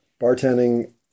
Bartending